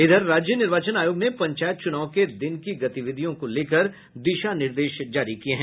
इधर राज्य निर्वाचन आयोग ने पंचायत चुनाव के दिन की गतिविधियों को लेकर दिशा निर्देश जारी किया है